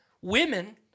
Women